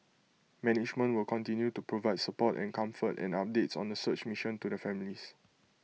management will continue to provide support and comfort and updates on the search mission to the families